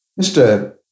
Mr